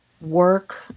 work